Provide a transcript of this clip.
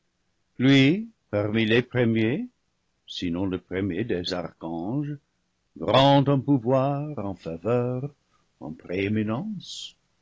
lui parmi les premiers sinon le premier des archanges grand en pouvoir en faveur en prééminence